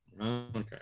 okay